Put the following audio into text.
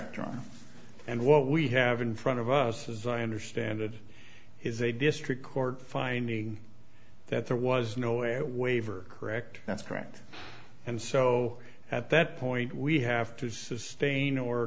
correct and what we have in front of us as i understand it is a district court finding that there was no a waiver correct that's correct and so at that point we have to sustain or